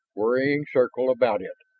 worrying circle about it.